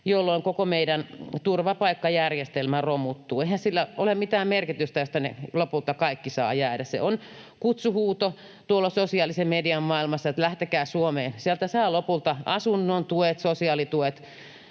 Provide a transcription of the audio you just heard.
jolloin koko meidän turvapaikkajärjestelmä romuttuu. Eihän sillä ole mitään merkitystä, jos tänne lopulta kaikki saavat jäädä. Se on kutsuhuuto tuolla sosiaalisen median maailmassa, että lähtekää Suomeen: sieltä saa lopulta asunnon, tuet, sosiaalituet